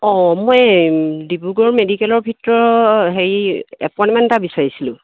অঁ মই এই ডিব্ৰুগড় মেডিকেলৰ ভিতৰত হেৰি এপইণ্টমেণ্ট এটা বিচাৰিছিলোঁ